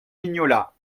mignola